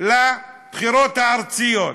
לבחירות הארציות.